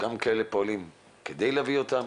גם כאלה פועלים כדי להביא אותם